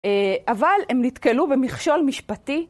אבל הם נתקלו במכשול משפטי.